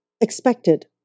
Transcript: expected